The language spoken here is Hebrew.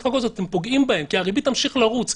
החוק הזאת אתם פוגעים בהם כי הריבית תמשיך לרוץ,